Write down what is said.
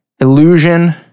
illusion